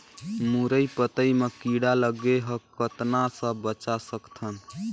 मुरई पतई म कीड़ा लगे ह कतना स बचा सकथन?